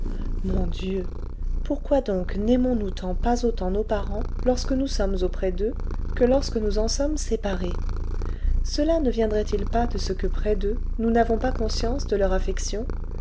mon dieu pourquoi donc naimons nous pas autant nos parents lorsque nous sommes auprès d'eux que lorsque nous en sommes séparés cela ne viendrait-il pas de ce que près d'eux nous n'avons pas conscience de leur affection